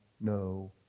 no